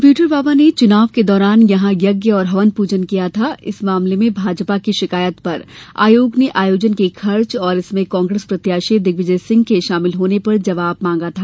computer बाबा ने चुनाव के दौरान यहां यज्ञ और हवन पूजन किया था इस मामले में भाजपा की शिकायत पर आयोग ने आयोजन के खर्च और इसमें कांग्रेस प्रत्याशी दिग्विजय सिंह के शामिल होने पर जवाब मांगा था